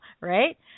right